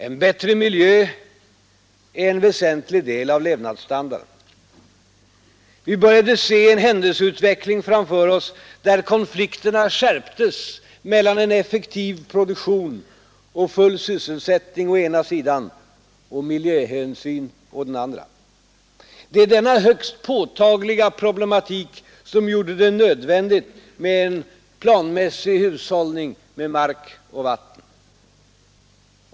En bättre miljö är en väsentlig del av Nr 144 levnadsstandarden. Fredagen den Vi började se en händelseutveckling framför oss där konflikterna 15 december 1972 skärptes mellan en effektiv produktion och full sysselsättning å ena sidan och miljöhänsyn å den andra. Det är denna högst påtagliga problematik som gjorde det nödvändigt med en planmässig hushållning med mark och vatten.